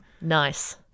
Nice